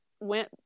went